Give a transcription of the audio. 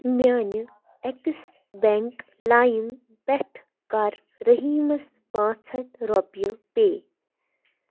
میٛانہِ أکِس بٮ۪نٛک لایم پٮ۪ٹھ کَر رٔحیٖمَس پانٛژھ ہَتھ رۄپیہِ پے